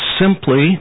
simply